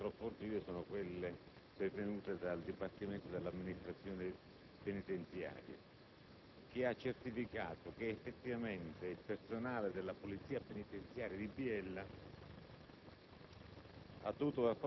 le informazioni che potrò fornire sono quelle pervenute dal Dipartimento dell'amministrazione penitenziaria che ha certificato che effettivamente il personale della Polizia penitenziaria in